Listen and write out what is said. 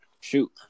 shoot